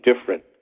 different